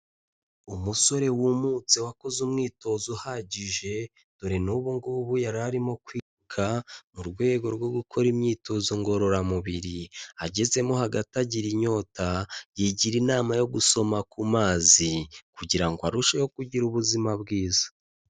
Umusore wumutse wakoze umwitozo uhagije, dore n'ubu ngubu yari arimo kwika, mu rwego rwo gukora imyitozo ngororamubiri, agezemo hagati agira inyota, yigira inama yo gusoma ku mazi, kugira ngo arusheho kugira ubuzima bwiza.